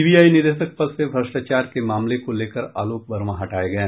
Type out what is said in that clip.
CBI निदेशक पद से भ्रष्टाचार के मामले को लेकर आलोक वर्मा हटाये गये